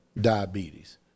diabetes